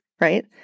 right